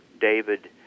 David